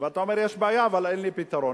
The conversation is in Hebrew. ואתה אומר, יש בעיה, אבל אין לי פתרון.